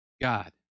God